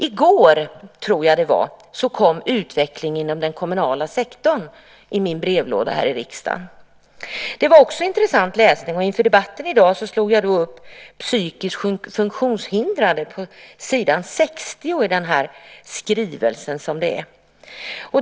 I går kom skrivelsen Utveckling inom den kommunala sektorn i min brevlåda här i riksdagen. Det var intressant läsning, och inför debatten i dag slog jag upp Psykiskt funktionshindrade på s. 60 i skrivelsen.